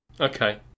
Okay